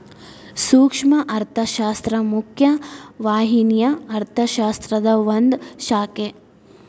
ಸೂಕ್ಷ್ಮ ಅರ್ಥಶಾಸ್ತ್ರ ಮುಖ್ಯ ವಾಹಿನಿಯ ಅರ್ಥಶಾಸ್ತ್ರದ ಒಂದ್ ಶಾಖೆ